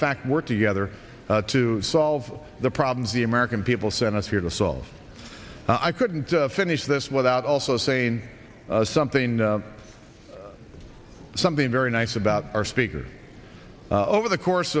fact work together to solve the problems the american people sent us here to solve i couldn't finish this without also saying something something very nice about our speaker over the course